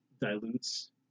dilutes